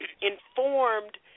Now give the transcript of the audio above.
informed